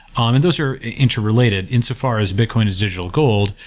um and those are interrelated in so far as bitcion is digital gold.